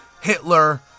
Hitler